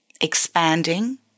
expanding